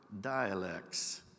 dialects